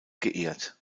geehrt